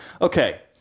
Okay